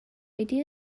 idea